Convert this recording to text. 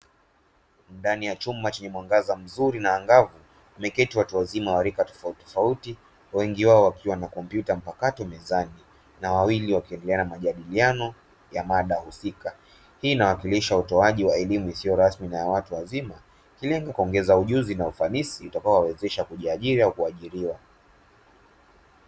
Ndani ya chumba chenye mwangaza mzuri na angavu wameketi watu wazima wa rika tofauti. Wengi wao wakiwa na kompyuta mpakato mezani na wawili wakiendelea na majadiliano ya mada husika. Hii inawakilisha utoaji wa elimu isiyo rasmi na ya watu wazima kilenge kuongeza ujuzi na ufanisi utakaowawezesha kujiajiri au kuajiriwa.